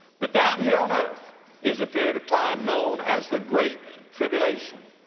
but down here on earth is a period of time known as the great tribulation,